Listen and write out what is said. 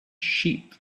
sheep